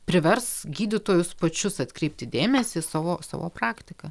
privers gydytojus pačius atkreipti dėmesį į savo savo praktiką